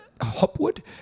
Hopwood